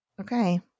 Okay